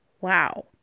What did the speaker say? wow